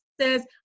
says